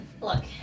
look